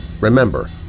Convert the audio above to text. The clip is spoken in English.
remember